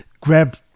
grab